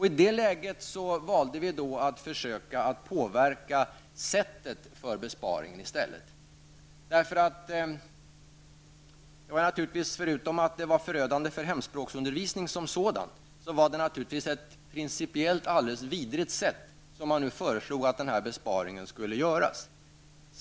I det läget valde vi att i stället försöka påverka sättet på vilket besparingen genomförs. Förutom att det är förödande för hemspråksundervisningen som sådan, föreslog man att den här besparingen skulle genomföras på ett principiellt vidrigt sätt.